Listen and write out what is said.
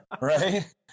Right